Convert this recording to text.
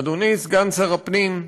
אדוני סגן שר הפנים,